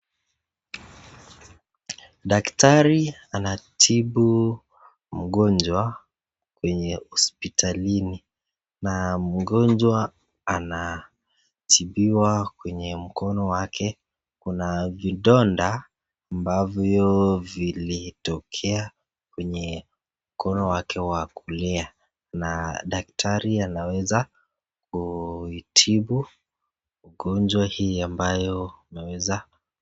Daktari anatibu mgonjwa kwenye hospitalini na mgonjwa anatibiwa kwenye mkono wake. Kuna vidonda ambavyo vilitokea kwenye mkono wake wa kulia na daktari anaweza kuitibu ugonjwa hii ambaye imeweza.